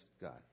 God